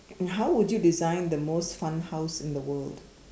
how would you design the most fun house in the world